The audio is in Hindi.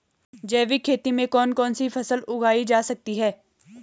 जैविक खेती में कौन कौन सी फसल उगाई जा सकती है?